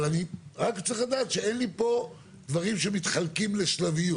אבל אני רק צריך לדעת שאין לי פה דברים שמתחלקים לשלביות.